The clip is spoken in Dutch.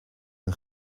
een